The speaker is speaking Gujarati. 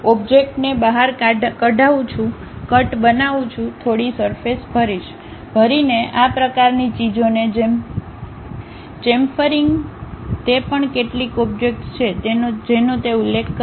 ઓબ્જેક્ટને બહાર કાઢવું છું કટ બનાવું છું થોડી સરફેસભરીશ ભરીને આ પ્રકારની ચીજોને જેમ ચેમફરીગ તે પણ કેટલીક ઓબ્જેક્ટ્સ છે જેનો તે ઉલ્લેખ કરશે